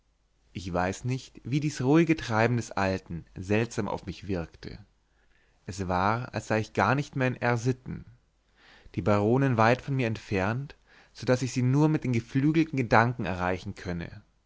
ich weiß nicht wie dies ruhige treiben des alten seltsam auf mich wirkte es war als sei ich gar nicht mehr in r sitten die baronin weit weit von mir entfernt so daß ich sie nur mit den geflügelten gedanken erreichen könne